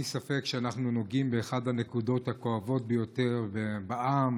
אין ספק שאנחנו נוגעים באחת הנקודות הכואבות ביותר בעם,